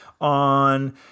on